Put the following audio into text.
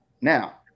Now